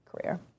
career